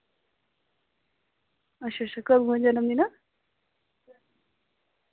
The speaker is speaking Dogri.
अच्छा अच्छा कदूं ऐ जनमदिन